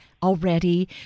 already